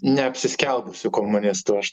neapsiskelbusių komunistų aš